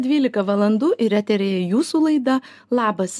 dvylika valandų ir eteryje jūsų laida labas